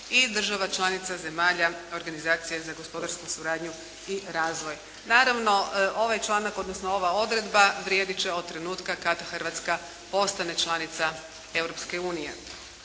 i država članica zemalja organizacije za gospodarsku suradnju i razvoj. Naravno, ovaj članak, odnosno ova odredba vrijedit će od trenutka kad Hrvatska postane članica